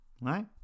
Right